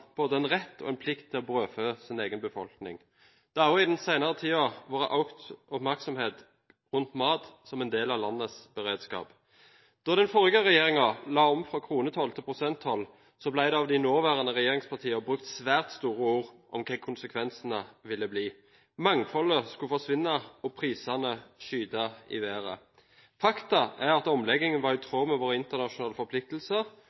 rett og en plikt til å brødfø sin egen befolkning. Det har òg i den senere tiden vært økt oppmerksomhet rundt mat som en del av landets beredskap. Da den forrige regjeringen la om fra kronetoll til prosenttoll, ble det av de nåværende regjeringspartiene brukt svært store ord om hva konsekvensene ville bli. Mangfoldet skulle forsvinne og prisene skyte i været. Fakta er at omleggingen var i tråd med våre internasjonale forpliktelser,